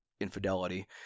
infidelity